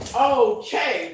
okay